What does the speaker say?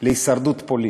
של הישרדות פוליטית.